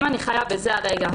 עכשיו אני חיה בזה הרגע,